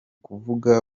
kuvuga